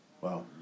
Wow